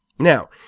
Now